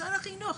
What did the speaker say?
משרד החינוך,